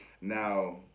Now